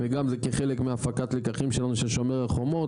וגם זה כחלק מהפקת לקחים שלנו של שומר החומות,